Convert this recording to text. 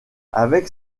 avec